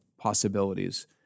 possibilities